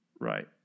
Right